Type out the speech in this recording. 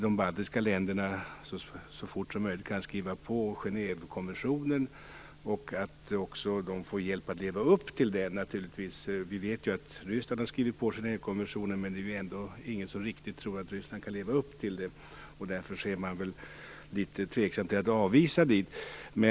De baltiska länderna bör så fort som möjligt kunna klara av att skriva under Genèvekonventionen, och de bör naturligtvis också få hjälp med att leva upp till den. Vi vet att Ryssland har skrivit under konventionen, men ingen tror väl ändå riktigt att Ryssland kan leva upp till den. Därför är man också litet tveksam till att avvisa människor dit.